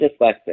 dyslexic